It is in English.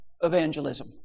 evangelism